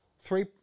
Three